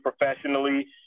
professionally